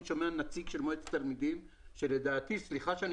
שומע נציג של מועצת התלמידים שלדעתי סליחה שאני